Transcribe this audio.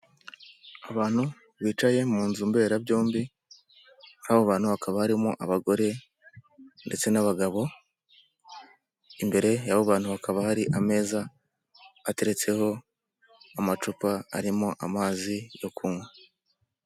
Abantu bicaye mu nzu mberabyombi, muri abantu hakaba harimo abagore ndetse n'abagabo, imbere y'abo bantu hakaba hari ameza, ateretseho amacupa arimo amazi yo kunywa.